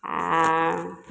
आओर